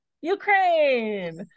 Ukraine